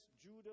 Judah